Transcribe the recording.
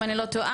אם אני לא טועה,